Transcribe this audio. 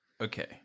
Okay